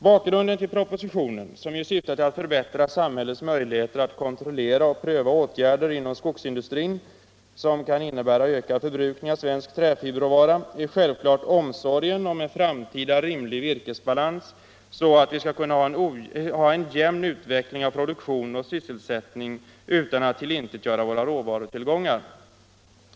Bakgrunden till propositionen, som ju syftar till att förbättra samhällets möjligheter att kontrollera och pröva åtgärder inom skogsindustrin, som kan innebära ökad förbrukning av svensk träfiberråvara, är självfallet omsorgen om en framtida rimlig virkesbalans så att vi skall kunna ha en jämn utveckling av produktion och sysselsättning utan att tillintetgöra våra råvarutillgångar.